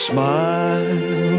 Smile